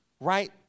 right